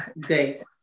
great